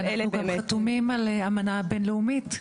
ואנחנו גם חתומים על אמנה בין-לאומית.